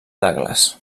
douglas